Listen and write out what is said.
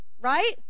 right